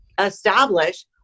establish